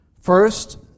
First